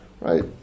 right